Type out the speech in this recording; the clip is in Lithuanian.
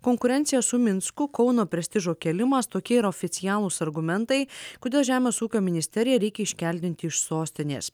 konkurencija su minsku kauno prestižo kėlimas tokie yra oficialūs argumentai kodėl žemės ūkio ministeriją reikia iškeldinti iš sostinės